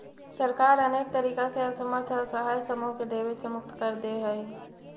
सरकार अनेक तरीका से असमर्थ असहाय समूह के देवे से मुक्त कर देऽ हई